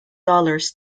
dollars